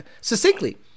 succinctly